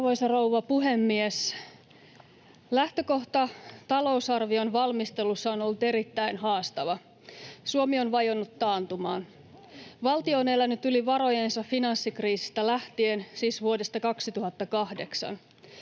Arvoisa rouva puhemies! Lähtökohta talousarvion valmistelussa on ollut erittäin haastava. Suomi on vajonnut taantumaan. Valtio on elänyt yli varojensa finanssikriisistä lähtien, siis vuodesta 2008.